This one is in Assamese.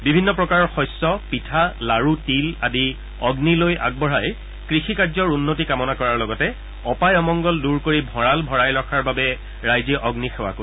বিভিন্ন প্ৰকাৰৰ শস্য পিঠা লাৰু তিল আদি অগ্নিলৈ আগবঢ়াই কৃষি কাৰ্যৰ উন্নতি কামনা কৰাৰ লগতে অপায় অমংগল দূৰ কৰি ভঁৰাল ভৰাই ৰখাৰ বাবে ৰাইজে অগ্নিসেৱা কৰিব